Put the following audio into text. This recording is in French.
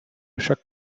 chaque